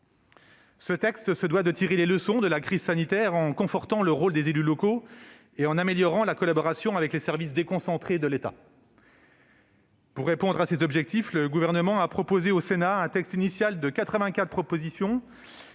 Ce texte se doit de tirer les leçons de la crise sanitaire en confortant le rôle des élus locaux et en améliorant la collaboration avec les services déconcentrés de l'État. Pour répondre à ces objectifs, le Gouvernement a proposé au Sénat un texte initial de